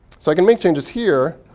so i can make changes here.